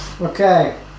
Okay